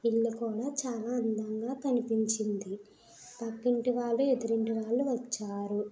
ఇల్లు కూడా చానా అందంగా కనిపించింది పక్కింటి వాళ్ళు ఎదురింటి వాళ్ళు వచ్చారు